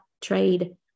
trade